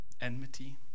Enmity